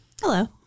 Hello